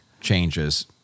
changes